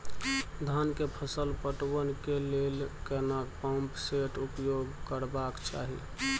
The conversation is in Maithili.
धान के फसल पटवन के लेल केना पंप सेट उपयोग करबाक चाही?